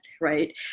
right